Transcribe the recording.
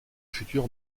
futur